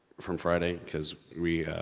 from friday cause we,